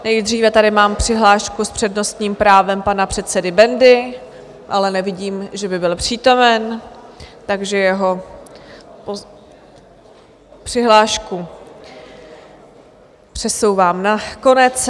Nejdříve tady mám přihlášku s přednostním právem pana předsedy Bendy, ale nevidím, že by byl přítomen, takže jeho přihlášku přesouvám na konec.